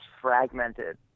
fragmented